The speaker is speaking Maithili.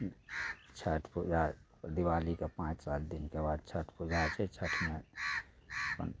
छैठ पूजा दीवालीके पाँच सात दिनके बाद छैठ पूजा होइ छै छैठमे